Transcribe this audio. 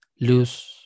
lose